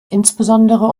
insbesondere